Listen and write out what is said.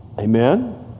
Amen